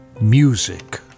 music